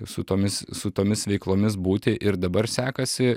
su tomis su tomis veiklomis būti ir dabar sekasi